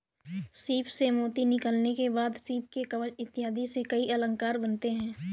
सीप से मोती निकालने के बाद सीप के कवच इत्यादि से कई अलंकार बनते हैं